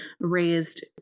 raised